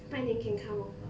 拜年 can come over